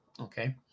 okay